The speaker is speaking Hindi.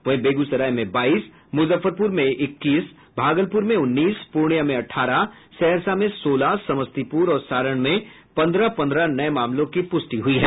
वहीं बेगूसराय में बाईस मुजफ्फरपुर में इक्कीस भागलपुर में उन्नीस पूर्णिया में अट्ठारह सहरसा में सोलह समस्तीपुर और सारण में पन्द्रह पन्द्रह नये मामलों की पुष्टि हुई है